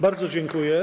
Bardzo dziękuję.